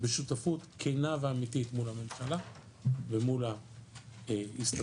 בשותפות כנה ואמיתית מול הממשלה ומול ההסתדרות,